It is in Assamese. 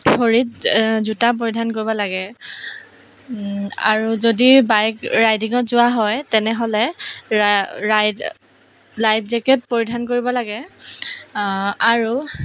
ভৰিত জোতা পৰিধান কৰিব লাগে আৰু যদি বাইক ৰাইডিঙত যোৱা হয় তেনেহ'লে ৰা ৰাইড লাইফ জেকেট পৰিধান কৰিব লাগে আৰু